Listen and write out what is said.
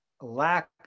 lack